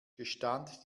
gestand